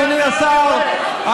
אדוני השר,